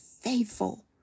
faithful